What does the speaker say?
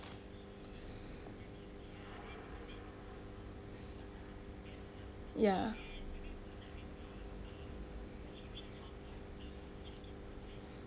ya